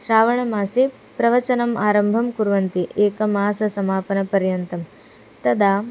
श्रावणमासे प्रवचनम् आरम्भं कुर्वन्ति एकमास समापनपर्यन्तं तदा